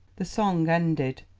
the song ended,